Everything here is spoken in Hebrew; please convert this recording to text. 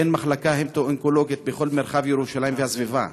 אין מחלקה המטו-אונקולוגית בכל מרחב ירושלים והסביבה.